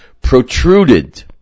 protruded